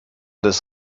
des